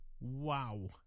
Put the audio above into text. wow